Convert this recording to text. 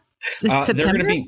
September